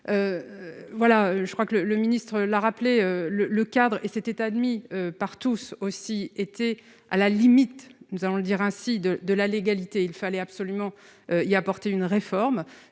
voilà, je crois que le le ministre l'a rappelé le le. Cadres et c'était admis par tous, aussi, était à la limite, nous allons le dire ainsi de de la légalité, il fallait absolument, il y a apporté une réforme